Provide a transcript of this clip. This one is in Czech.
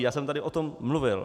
Já jsem tady o tom mluvil.